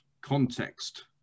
context